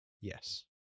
yes